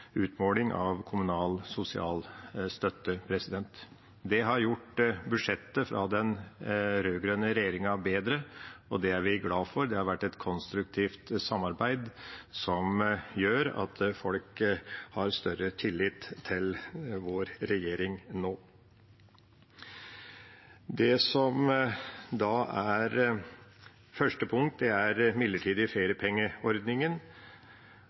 utmåling av kommunal sosialstøtte. Dette har gjort budsjettet fra den rød-grønne regjeringa bedre, og det er vi glad for. Det har vært et konstruktivt samarbeid som gjør at folk har større tillit til vår regjering nå. Det som da er første punkt, er den midlertidige feriepengeordningen